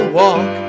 walk